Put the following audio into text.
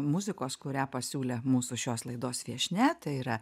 muzikos kurią pasiūlė mūsų šios laidos viešnia tai yra